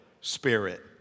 spirit